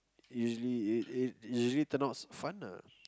usually it it usually turns out fun ah